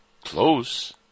Close